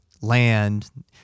land